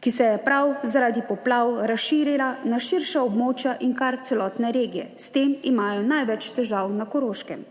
ki se je prav, zaradi poplav razširila na širša območja in kar celotne regije. S tem imajo največ težav na Koroškem.